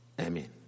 Amen